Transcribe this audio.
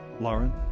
Lauren